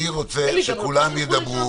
אלי, שכולם ידברו.